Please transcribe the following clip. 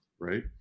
right